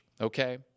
Okay